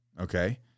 okay